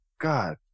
God